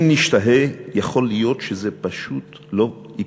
אם נשתהה, יכול להיות שזה פשוט לא יקרה.